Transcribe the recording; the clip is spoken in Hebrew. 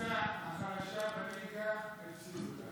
הקבוצה החלשה בליגה הפסידה,